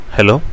Hello